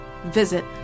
visit